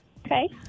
Okay